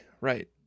Right